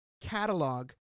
catalog